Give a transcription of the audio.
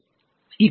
professor